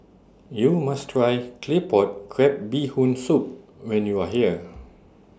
YOU must Try Claypot Crab Bee Hoon Soup when YOU Are here